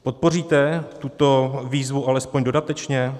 Podpoříte tuto výzvu alespoň dodatečně?